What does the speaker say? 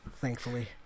Thankfully